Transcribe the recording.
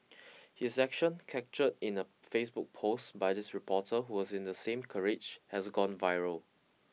his action captured in a Facebook post by this reporter who was in the same carriage has gone viral